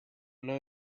know